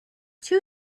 two